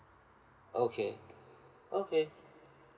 okay okay